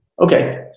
Okay